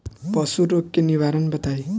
पशु रोग के निवारण बताई?